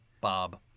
Bob